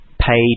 paid